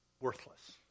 worthless